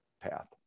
path